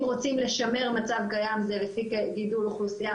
אם רוצים לשמר מצב קיים זה לפי גידול אכלוסה,